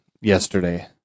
yesterday